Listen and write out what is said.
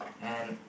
and